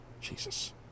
Jesus